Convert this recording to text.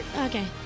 okay